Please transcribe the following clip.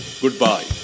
Goodbye